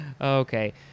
Okay